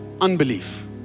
Unbelief